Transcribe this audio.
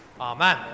Amen